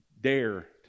Dare